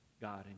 God